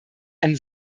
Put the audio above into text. ein